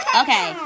Okay